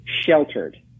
sheltered